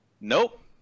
Nope